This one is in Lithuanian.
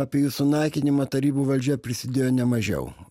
apie jų sunaikinimą tarybų valdžia prisidėjo ne mažiau